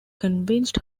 convinced